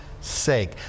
sake